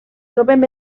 trobem